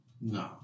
No